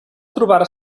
trobar